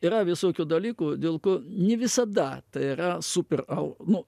yra visokių dalykų dėl ko ni visada tai yra super au nu